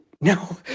no